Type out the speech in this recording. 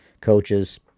coaches